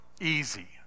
easy